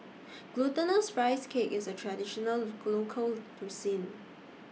Glutinous Rice Cake IS A Traditional Local Cuisine